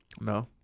No